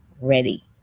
ready